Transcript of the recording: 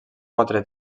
quatre